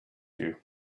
you